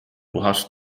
puhas